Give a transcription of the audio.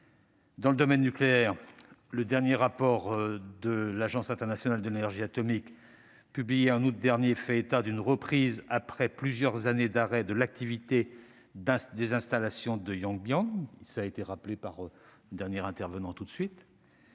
Dans le domaine nucléaire, le dernier rapport de l'Agence internationale de l'énergie atomique, publié en août dernier, fait état d'une reprise, après plusieurs années d'arrêt, de l'activité des installations de Yongbyon. Il s'agit du principal site nucléaire du pays, où se situe